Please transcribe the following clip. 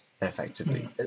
effectively